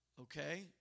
okay